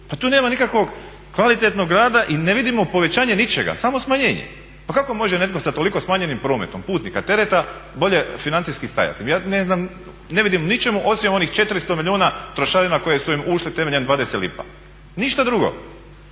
Pa tu nema nikakvog kvalitetnog rada i ne vidimo povećanje ničega, samo smanjenje. Pa kako može netko sa toliko smanjenim prometom putnika, tereta, bolje financijski stajati. Ja ne znam, ne vidim u ničemu osim onih 400 milijuna trošarina koje su im ušle temeljem 20 lipa, ništa drugo.